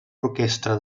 orquestra